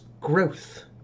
growth